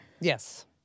Yes